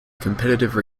competitive